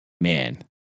man